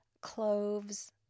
cloves